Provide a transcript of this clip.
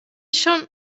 schon